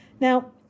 Now